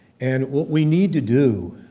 and what we need to do,